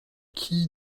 qui